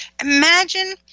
Imagine